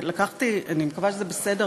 אני מקווה שזה בסדר,